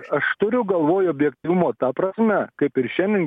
aš turiu galvoj objektyvumo ta prasme kaip ir šiandien